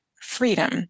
freedom